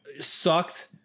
sucked